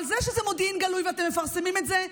אבל זה שזה מודיעין גלוי ואתם מפרסמים את זה,